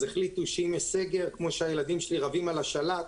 החליטו שאם יש סגר כמו שהילדים שלי רבים על השלט,